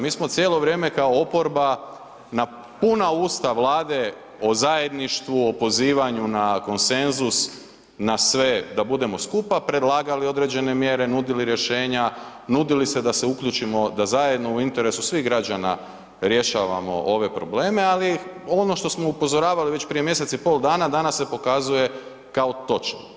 Mi smo cijelo vrijeme kao oporba na puna usta Vlade o zajedništvu, o pozivanju na konsenzus, na sve da budemo skupa, predlagali određene mjere, nudili rješenja, nudili se da se uključimo da zajedno u interesu svih građana rješavamo ove probleme, ali ono što smo upozoravali već prije mjesec i pol dana danas se pokazuje kao točno.